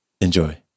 Enjoy